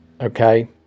okay